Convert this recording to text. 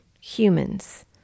humans